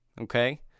okay